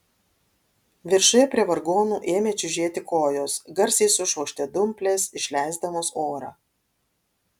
viršuje prie vargonų ėmė čiužėti kojos garsiai sušvokštė dumplės išleisdamos orą